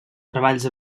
treballs